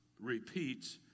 repeats